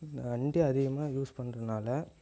வண்டி அதிகமாக யூஸ் பண்ணுறனால